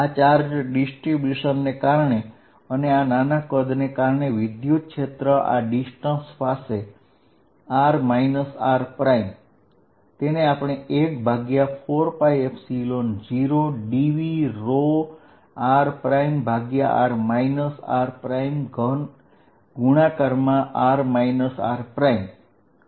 આ charge distribution ને કારણે અને આ નાના કદને કારણે r r અંતર પરનું વિદ્યુતક્ષેત્ર 140dVr r3rr r દ્વારા આપવામાં આવે છે